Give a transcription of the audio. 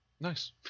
Nice